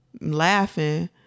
laughing